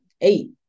Eight